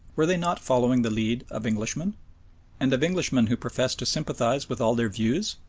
were they not following the lead of englishmen and of englishmen who professed to sympathise with all their views?